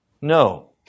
No